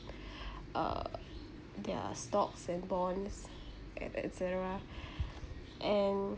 uh their stocks and bonds et~ et cetera and